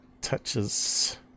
touches